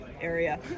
area